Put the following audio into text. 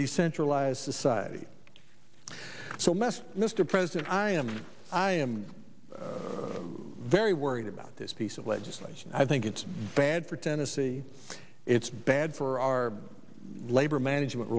decentralized society so messed up mr president i am i am very worried about this piece of legislation i think it's bad for tennessee it's bad for our labor management